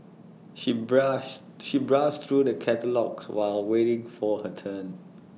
she browse she browsed through the catalogues while waiting for her turn